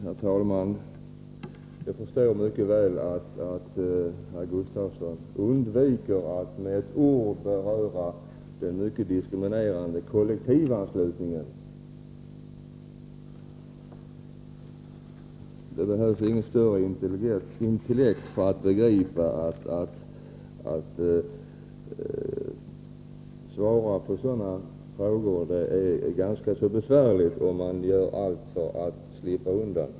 Herr talman! Jag förstår mycket väl att herr Gustafsson undviker att med ett enda ord beröra den mycket diskriminerande kollektivanslutningen. Det behövs inte något särskilt skarpt intellekt för att begripa att det är ganska besvärligt för herr Gustafsson att svara på sådana frågor och att han gör allt för att slippa undan.